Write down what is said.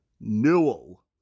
Newell